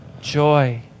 joy